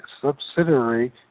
subsidiary